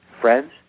Friends